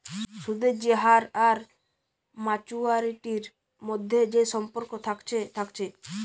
সুদের যে হার আর মাচুয়ারিটির মধ্যে যে সম্পর্ক থাকছে থাকছে